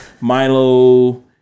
Milo